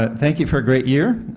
ah thank you for a great year,